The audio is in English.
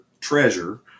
treasure